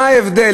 מה ההבדל?